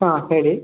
ಹಾಂ ಹೇಳಿ